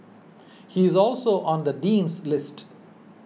he is also on the Dean's list